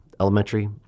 elementary